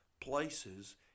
places